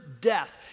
death